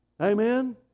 Amen